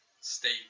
state